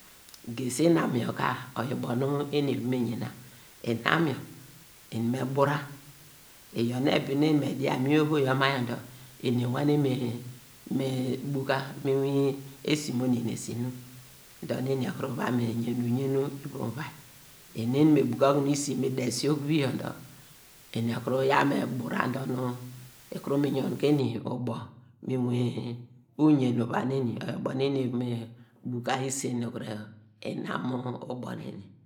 Gesi inam yor ka, oyor ubo nu eni eva me yena inam yor eni me bura, iyor nu ebi nu eni me dia oho yor ma yor ma yor eni ewane me buka mu inwin esi nu mo ninese dor eni ekuru va me yen uyen ivom uvia inu eni me buka okunu isi mi desi okuvi yor dor eni ekuru yaw me bura dor nu ikuru mi yon ke eni ubo mu inwin uyen uvia neni, oyor ubo nu eni ekuru me buka isen nu inam ubo